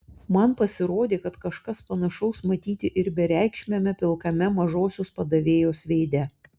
man pasirodė kad kažkas panašaus matyti ir bereikšmiame pilkame mažosios padavėjos veide